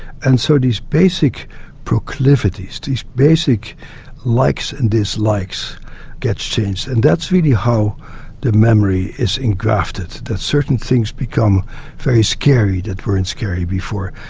and so these basic proclivities, these basic likes and dislikes get changed, and that's really how the memory is engrafted, that certain things become very scary that weren't scary before.